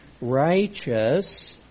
righteous